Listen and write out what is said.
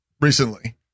recently